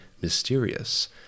mysterious